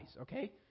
okay